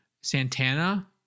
santana